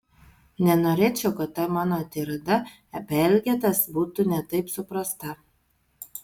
nenorėčiau kad ta mano tirada apie elgetas būtų ne taip suprasta